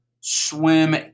swim